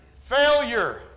Failure